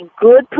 good